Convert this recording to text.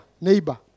Neighbor